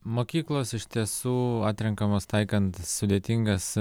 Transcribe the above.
mokyklos iš tiesų atrenkamos taikant sudėtingas